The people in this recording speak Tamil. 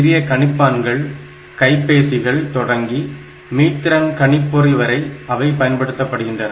சிறிய கணிப்பான்கள் கைபேசிகள் தொடங்கி மீத்திறன் கணிப்பொறி வரை அவை பயன்படுத்தப்படுகின்றன